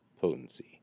potency